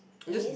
is